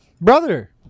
brother